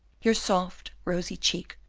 your soft, rosy cheek.